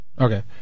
Okay